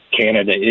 Canada